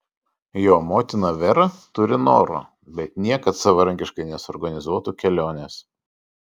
jo motina vera turi noro bet niekad savarankiškai nesuorganizuotų kelionės